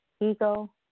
Ego